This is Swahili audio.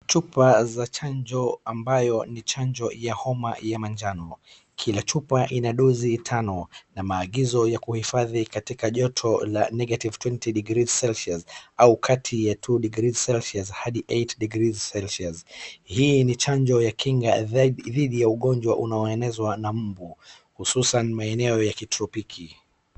Chupa za chanjo ambayo ni chanjo ya homa ya manjano kila chupa ina dozi tano na maagizo ya kuhifadhi katika joto la negative twenty five degrees celcius au kati ya two degree celcius hadi eight degree celcius .Hii ni chanjo ya kinga dhidi ya ugonjwa ambao unaenezwa na mbu hususan maeneo ya kitropiki.